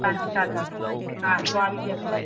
સાંજે સાત વાગ્યા સુધી હા તો આવી જશે